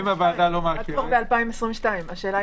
נאמר שאנחנו רוצים